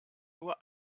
nur